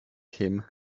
him